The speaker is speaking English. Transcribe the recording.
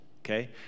Okay